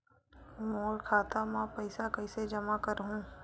मोर खाता म पईसा कइसे जमा करहु?